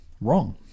wrong